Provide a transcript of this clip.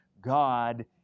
God